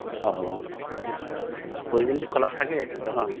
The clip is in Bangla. ও প্রতিদিন কি খোলা থাকে দোকান